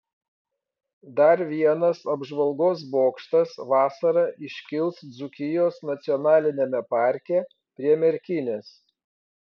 dar vienas apžvalgos bokštas vasarą iškils dzūkijos nacionaliniame parke prie merkinės